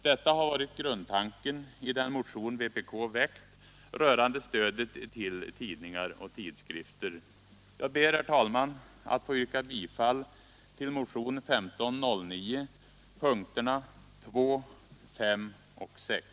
Detta har varit grundtanken i den motion vpk väckt rörande stödet till tidningar och tidskrifter. Jag ber, herr talman, att få yrka bifall till motionen 1509 punkterna 2, 5 och 6.